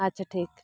ᱟᱪᱪᱷᱟ ᱴᱷᱤᱠ